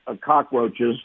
cockroaches